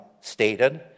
stated